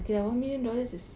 okay lah one million dollars is